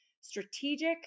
strategic